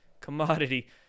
commodity